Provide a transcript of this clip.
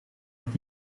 met